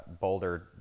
Boulder